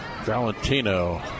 Valentino